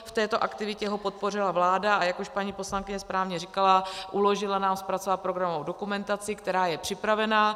V této aktivitě ho podpořila vláda, a jak už paní poslankyně správně říkala, uložila nám zpracovat programovou dokumentaci, která je připravena.